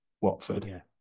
Watford